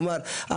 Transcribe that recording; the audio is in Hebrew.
כלומר,